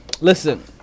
Listen